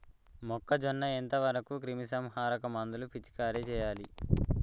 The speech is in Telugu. మొక్కజొన్న ఎంత వరకు క్రిమిసంహారక మందులు పిచికారీ చేయాలి?